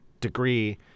degree